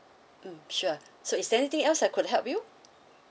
mm sure so is there anything else I could help you